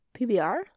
PBR